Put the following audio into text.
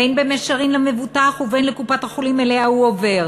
בין במישרין למבוטח ובין לקופת-החולים שאליה הוא עובר,